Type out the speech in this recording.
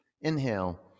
Inhale